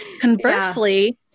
conversely